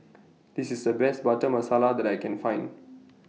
This IS The Best Butter Masala that I Can Find